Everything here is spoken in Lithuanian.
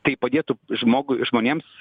tai padėtų žmogui žmonėms